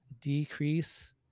decrease